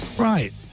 Right